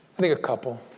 think a couple.